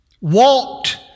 walked